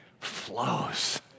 flows